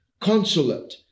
consulate